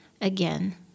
again